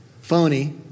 phony